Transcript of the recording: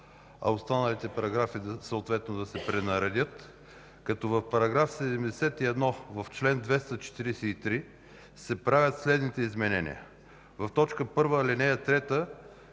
а останалите параграфи съответно да се пренаредят, като в § 71, в чл. 243 се правят следните изменения: в т. 1, ал. 3